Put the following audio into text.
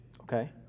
Okay